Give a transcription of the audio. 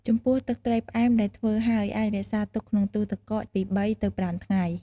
ចំពោះទឹកត្រីផ្អែមដែលធ្វើហើយ អាចរក្សាទុកក្នុងទូទឹកកកបានពី ៣ទៅ៥ ថ្ងៃ។